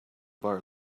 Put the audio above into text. bar